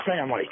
family